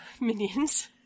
minions